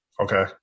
Okay